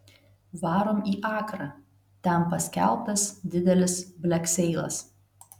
varom į akrą ten paskelbtas didelis blekseilas